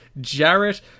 Jarrett